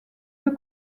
deux